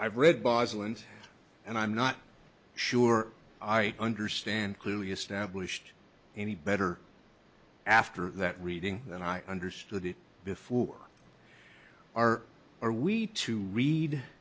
and and i'm not sure i understand clearly established any better after that reading than i understood it before are are we to read